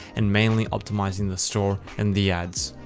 and mainly optimizing the store and the ads.